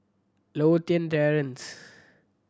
Lothian Terrace